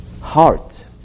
heart